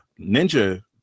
ninja